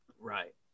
Right